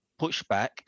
pushback